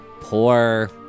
poor